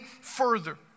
further